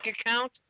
account